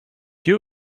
you